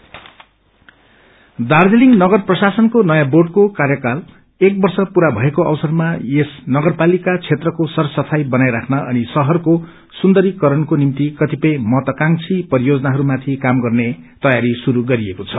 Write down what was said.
पार्जालिङ दार्जीलिङ नगर प्रशासनको नयौं बोँडको कार्यकाल एक वर्ष पूरा भएको अवसरमा यस नगरपालिका क्षेत्रको सर सफाई बनाइराख्न अनि शहरको सुन्दरीकरणको निम्ति कतिपय महत्वाकांशी परियोजनाहरूमाथि काम गर्ने तयारी शुरू गरिएको छ